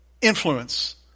influence